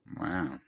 wow